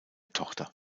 tochter